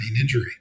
injury